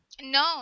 No